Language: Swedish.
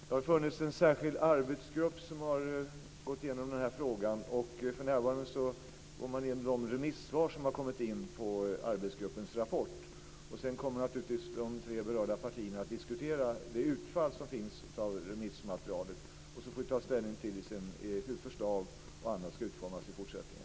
Fru talman! En särskild arbetsgrupp har gått igenom den här frågan. För närvarande går man igenom de remissvar som har kommit in på arbetsgruppens rapport. Sedan kommer naturligtvis de tre berörda partierna att diskutera utfallet av remissmaterialet. Därefter får vi ta ställning till hur förslag och annat ska utformas i fortsättningen.